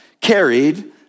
carried